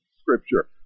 scripture